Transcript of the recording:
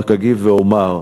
רק אגיד ואומר: